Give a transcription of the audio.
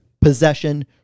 possession